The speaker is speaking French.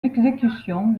exécution